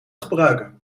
gebruiken